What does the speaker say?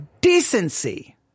decency